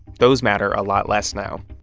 those matter a lot less now.